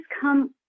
come